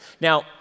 Now